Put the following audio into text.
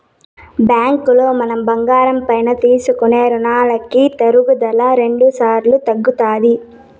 బ్యాంకులో మనం బంగారం పైన తీసుకునే రునాలకి తరుగుదల రెండుసార్లు తగ్గుతాది